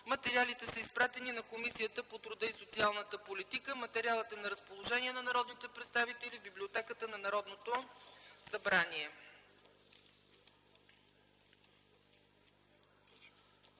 материалите са изпратени на Комисията по труда и социалната политика. Материалът е на разположение на народните представители в Библиотеката на Народното събрание.